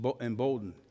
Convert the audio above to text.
emboldened